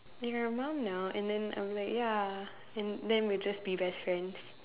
you're a mom now and then I'll be like ya and then we will just be best friends